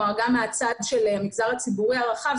כלומר גם מהצד של המגזר הציבורי הרחב,